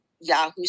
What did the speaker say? Yahoo